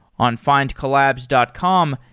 on findcollabs dot com,